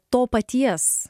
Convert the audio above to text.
to paties